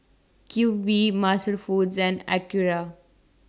Q V Master Foods and Acura